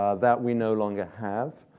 ah that we no longer have.